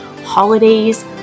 holidays